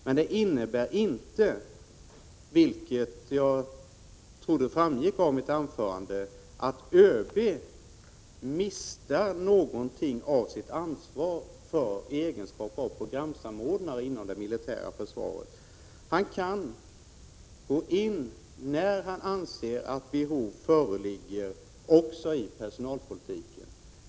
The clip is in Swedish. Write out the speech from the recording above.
Men det innebär inte, vilket jag trodde framgick av mitt anförande, att ÖB mister någonting av sitt ansvar i egenskap av programsamordnare inom det militära försvaret. Han kan, när han anser att behov föreligger, gå in också i personalpolitiken.